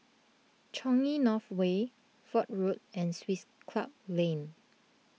Changi North Way Fort Road and Swiss Club Lane